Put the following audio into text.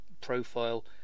profile